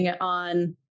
on